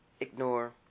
ignore